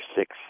six